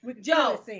Joe